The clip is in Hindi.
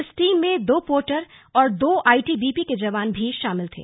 इस टीम में दो पोर्टर और दो आईटीबीपी के जवान भी शामिल थे